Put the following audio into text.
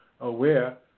aware